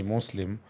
Muslim